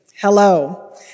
hello